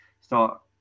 start